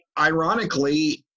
ironically